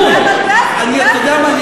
כתוב, אתה יודע מה?